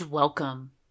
Welcome